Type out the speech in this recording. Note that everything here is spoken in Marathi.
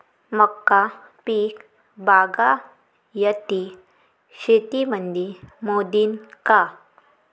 मका पीक बागायती शेतीमंदी मोडीन का?